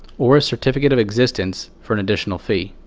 or a certificate of existence for an additional fee.